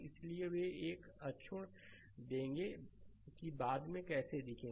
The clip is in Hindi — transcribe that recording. इसलिए कि वे एक अक्षुण्ण देंगे कि बाद में कैसे देखेंगे